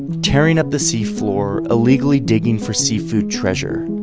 tearing up the sea floor, illegally digging for seafood treasure.